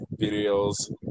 videos